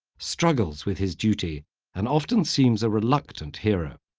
struggles with his duty and often seems a reluctant hero.